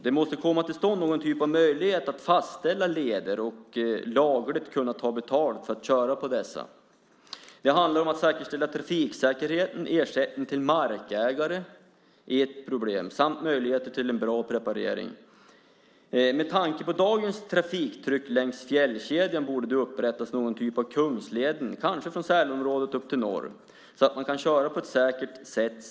Det måste komma till stånd någon typ av möjlighet att fastställa leder och lagligt kunna ta betalt för att köra på dessa. Det handlar om att säkerställa trafiksäkerheten, och ersättningen till markägare är ett problem. Det måste också finnas möjligheter till bra preparering. Med tanke på dagens trafiktryck längs fjällkedjan borde det upprättas något liknande Kungsleden, kanske från Sälenområdet upp till norr, så att man kan köra på ett säkert sätt.